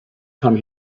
come